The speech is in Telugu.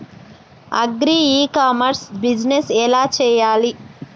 అగ్రి ఇ కామర్స్ బిజినెస్ ఎలా చెయ్యాలి?